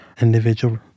individual